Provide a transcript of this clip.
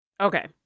Okay